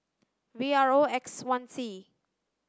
V R O X one C